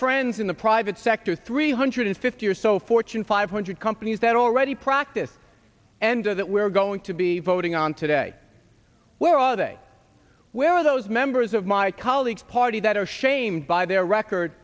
friends in the private sector three hundred fifty or so fortune five hundred companies that already practice and that we're going to be voting on today where all day where are those members of my colleagues party that are shamed by their record